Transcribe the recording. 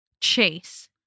Chase